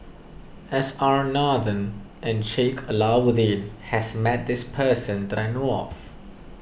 S R Nathan and Sheik Alau'ddin has met this person that I know of